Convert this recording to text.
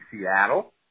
Seattle